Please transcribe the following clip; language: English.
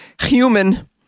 human